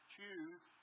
choose